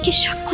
shall